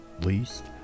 least